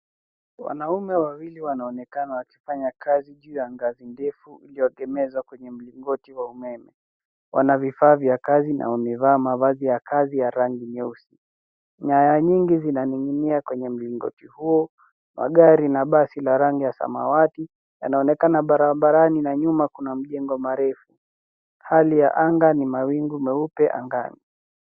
Wanaume wawili wanaonekana wakifanya kazi juu ya ngazi ndefu iliyoegemezwa kwenye mlingoti wa umeme. Wana vifaa vya kazi na wamevaa mavazi ya kazi ya rangi nyeusi. Nyaya nyingi zinaning'inia kwenye mlingoti huo . Magari na basi la rangi ya samawati yanaonekana barabarani na nyuma kuna majengo marefu. Hali ya anga ni mawingu meupe angani.